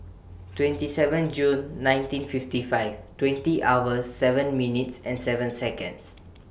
twenty seven June nineteen fifty five twenty hours seven minutes and seven Seconds